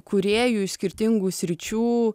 kūrėjų iš skirtingų sričių